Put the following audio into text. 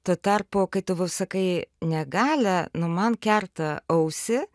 tuo tarpu kai tu va sakai negalia nu man kerta ausį